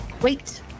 wait